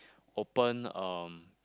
open um